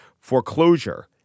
foreclosure